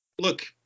look